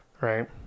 right